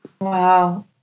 Wow